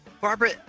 Barbara